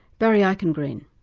barry eichengreen.